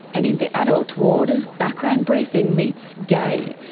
and in the adult ward background briefing meets gaye.